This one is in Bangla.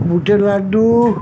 বুটের লাড্ডু